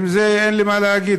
עם זה אין לי מה להגיד.